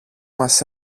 μας